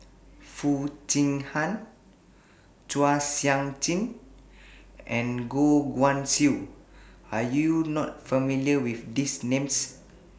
Foo Chee Han Chua Sian Chin and Goh Guan Siew Are YOU not familiar with These Names